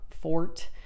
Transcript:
fort